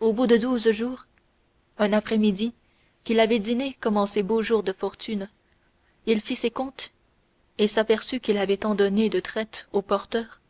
au bout de douze jours un après-midi qu'il avait dîné comme en ses beaux jours de fortune il fit ses comptes et s'aperçut qu'il avait tant donné de traités au porteur